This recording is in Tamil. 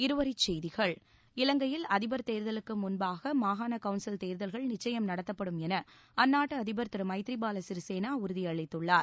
இருவரிச்செய்திகள் இலங்கையில் அதிபர் தேர்தலுக்கு முன்பாக மாகாண கவுன்சில் தேர்தல்கள் நிச்சயம் நடத்தப்படும் என அதிபர் அந்நாட்டு திரு மைத்ரிபால சிறிசேனா உறுதியளித்துள்ளார்